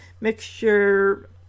mixture